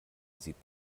sieht